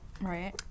right